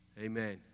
Amen